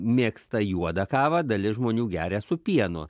mėgsta juodą kavą dalis žmonių geria su pienu